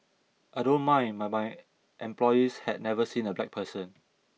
I don't mind but my employees have never seen a black person